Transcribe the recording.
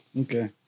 Okay